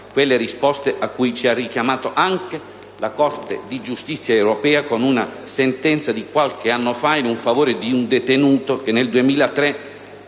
quelle risposte a cui ci ha richiamato anche la Corte di giustizia europea, con una sentenza di qualche anno fa in favore di un detenuto che nel 2003